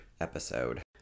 episode